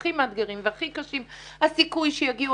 הכי מאתגרים והכי קשים הסיכוי שיגיעו